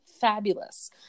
fabulous